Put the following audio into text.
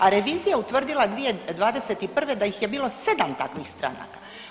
A revizija je utvrdila 2021. da ih je bilo 7 takvih stranaka.